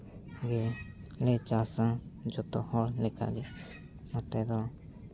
ᱦᱩᱭᱮᱱ ᱞᱮ ᱪᱟᱥᱟ ᱡᱚᱛᱚ ᱦᱚᱲ ᱞᱮᱠᱟᱜᱮ ᱱᱚᱛᱮ ᱫᱚ